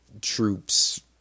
troops